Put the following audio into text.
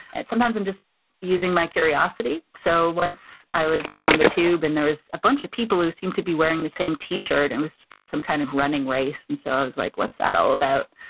and sometimes i'm just using my curiosity. so, once i was on the tube and there was a bunch of people who seem to be wearing the same t-shirt, it and was for some kind of running race, and so i was like, what's that all about?